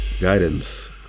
Guidance